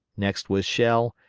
next with shell,